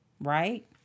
right